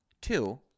Two